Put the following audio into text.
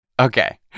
Okay